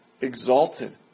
exalted